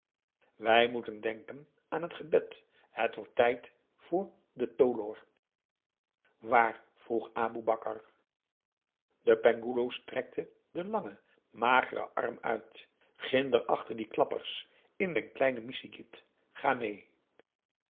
wij moeten denken aan het gebed het wordt tijd voor den tlohor waar vroeg aboe bakar de penghoeloe strekte den langen mageren arm uit ginder achter die klappers in mijn kleine missigit ga mee